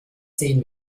sehen